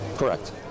Correct